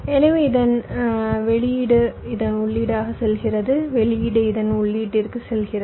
எனவே இதன் வெளியீடு இதன் உள்ளீடாக செல்கிறது வெளியீடு இதன் உள்ளீட்டிற்கு செல்கிறது